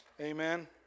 Amen